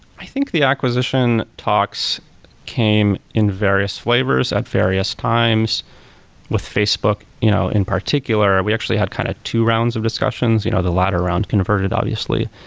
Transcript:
i think the acquisition talks came in various flavors, at various times with facebook you know in particular. we actually had kind of two rounds of discussions. you know the latter round converted obviously.